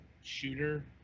shooter